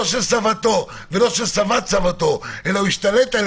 לא של סבתו ולא של סבת סבתו אלא הוא השתלט עליה